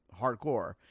hardcore